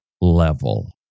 level